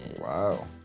Wow